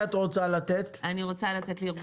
ארגון